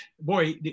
boy